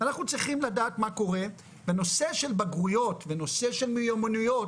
אנחנו צריכים לדעת מה קורה בנושא של בגרויות בנושא של מיומנויות